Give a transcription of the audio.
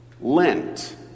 Lent